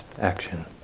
action